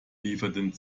lieferten